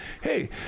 Hey